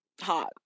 hot